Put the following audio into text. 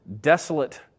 desolate